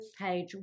page